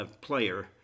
player